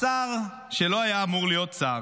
השר שלא היה אמור להיות שר,